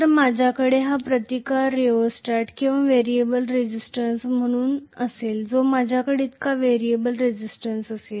तर माझ्याकडे हा रेझिस्टन्स रिओस्टेट किंवा व्हेरिएबल रेझिस्टन्स म्हणून असेल जो माझ्याकडे इतका व्हेरिएबल रेसिस्टन्स असेल